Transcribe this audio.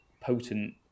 potent